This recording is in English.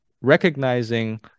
recognizing